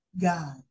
God